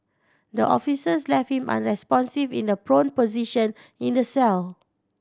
the officers left him unresponsive in the prone position in the cell